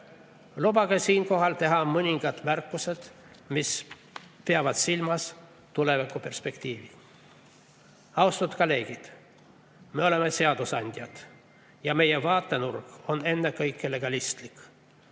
Lubage siinkohal teha mõningad märkused, mis peavad silmas tulevikuperspektiivi. Austatud kolleegid! Me oleme seadusandjad ja meie vaatenurk on ennekõike legalistlik.